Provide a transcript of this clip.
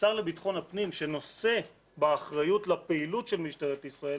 כשר לבטחון הפנים שנושא באחריות לפעילות של משטרת ישראל